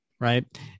right